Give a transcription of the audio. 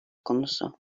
konusu